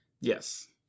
Yes